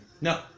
No